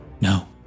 No